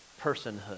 personhood